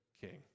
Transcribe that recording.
king